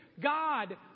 God